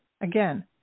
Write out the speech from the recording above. Again